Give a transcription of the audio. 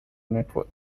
network